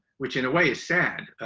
which in a way, is sad.